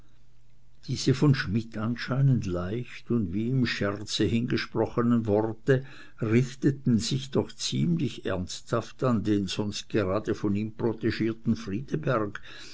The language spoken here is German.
diese von schmidt anscheinend leicht und wie im scherze hingesprochenen worte richteten sich doch ziemlich ernsthaft an den sonst gerade von ihm protegierten friedeberg